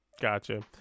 Gotcha